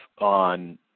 on